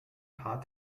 paar